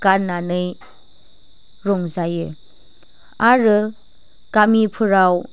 गाननानै रंजायो आरो गामिफोराव